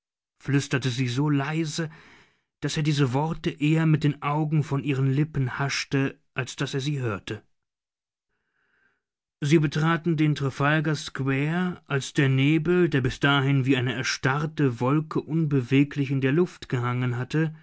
flüsterte sie so leise daß er diese worte eher mit den augen von ihren lippen haschte als daß er sie hörte sie betraten den trafalgar square als der nebel der bis dahin wie eine erstarrte wolke unbeweglich in der luft gehangen hatte